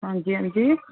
हां जी हां जी